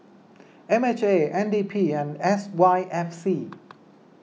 M H A N D P and S Y F C